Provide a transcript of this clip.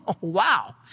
Wow